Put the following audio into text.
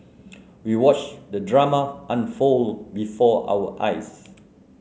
we watched the drama unfold before our eyes